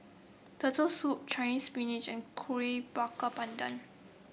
Turtle Soup Chinese Spinach and Kuih Bakar Pandan